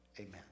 Amen